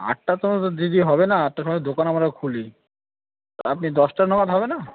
আটটা তো দিদি হবে না আটটার সমায় দোকান আমরা খুলি আপনি দশটা নাগাদ হবে না